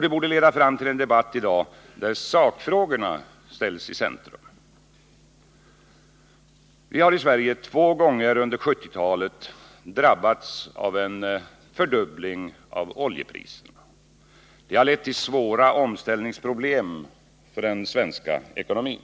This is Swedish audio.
Det borde leda fram till en debatt i dag där sakfrågorna ställs i centrum. Vi har i Sverige två gånger under 1970-talet drabbats av en fördubbling av oljepriserna. Det har lett till svåra omställningsproblem för den svenska ekonomin.